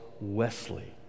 Wesley